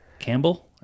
Campbell